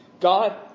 God